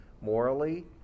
morally